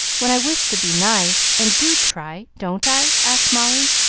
when i wish to be nice, and do try don't i? asked molly.